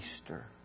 Easter